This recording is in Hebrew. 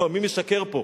מי משקר פה?